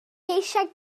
eisiau